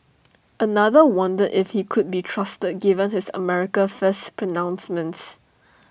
another wonder if he could be trusted given his America First pronouncements